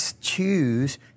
choose